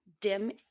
DIM